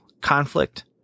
conflict